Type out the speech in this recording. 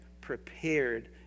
prepared